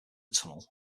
tunnel